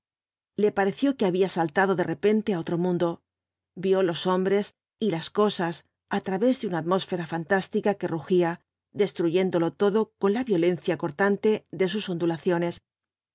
le pareció que había saltado de repente á otro mundo vio los hombres y las cosas á través de una atmósfera fantástica que rugía destruyéndolo todo con la violencia cortante de sus ondulaciones